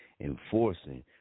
enforcing